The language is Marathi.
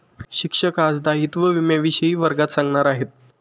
शिक्षक आज दायित्व विम्याविषयी वर्गात सांगणार आहेत